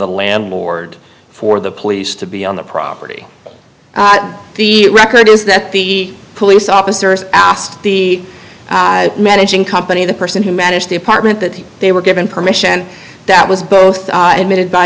the landlord for the police to be on the property the record is that the police officers asked the managing company the person who managed the apartment that they were given permission and that was both admitted by